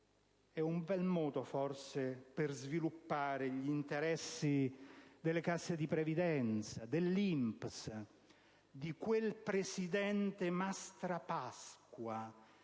un bel modo per sviluppare gli interessi delle casse di previdenza, dell'INPS, del presidente Mastrapasqua,